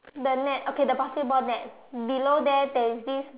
the net okay the basketball net below there there is this